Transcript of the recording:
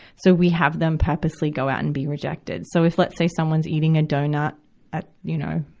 so we have them purposely go out and be rejected. so if, let's say someone's eating a doughnut at, you know,